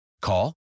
Call